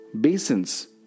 basins